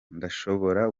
ndashobora